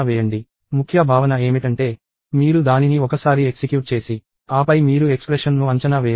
ముఖ్య భావన ఏమిటంటే మీరు దానిని ఒకసారి ఎక్సిక్యూట్ చేసి ఆపై మీరు ఎక్స్ప్రెషన్ ను అంచనా వేయండి